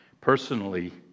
personally